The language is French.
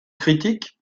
critique